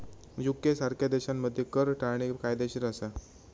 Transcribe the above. UK सारख्या देशांमध्ये कर टाळणे कायदेशीर असा